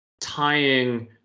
tying